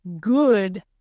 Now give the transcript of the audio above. good